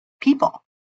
people